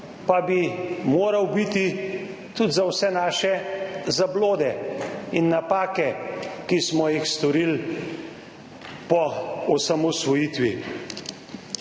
pa bi moral biti, tudi za vse naše zablode in napake, ki smo jih storili po osamosvojitvi.